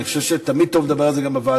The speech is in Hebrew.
אני חושב שתמיד טוב לדבר על זה גם בוועדה,